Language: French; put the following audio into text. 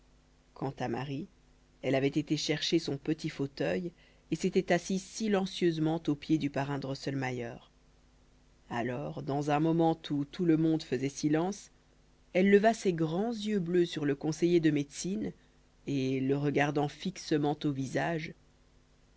quant à marie elle avait été chercher son petit fauteuil et s'était assise silencieusement aux pieds du parrain drosselmayer alors dans un moment où tout le monde faisait silence elle leva ses grands yeux bleus sur le conseiller de médecine et le regardant fixement au visage